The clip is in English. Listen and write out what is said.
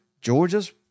Georgia's